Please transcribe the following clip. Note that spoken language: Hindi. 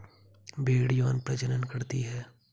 भेड़ यौन प्रजनन करती है